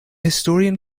historian